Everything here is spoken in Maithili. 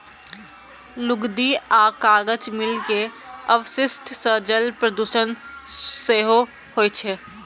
लुगदी आ कागज मिल के अवशिष्ट सं जल प्रदूषण सेहो होइ छै